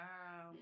Wow